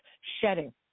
shedding